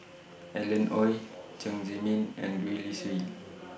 Alan Oei Chen Zhiming and Gwee Li Sui